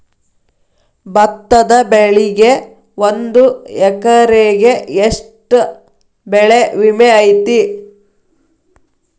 ಭತ್ತದ ಬೆಳಿಗೆ ಒಂದು ಎಕರೆಗೆ ಎಷ್ಟ ಬೆಳೆ ವಿಮೆ ಐತಿ?